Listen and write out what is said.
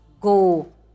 go